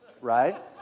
right